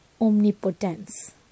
omnipotence